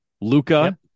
Luca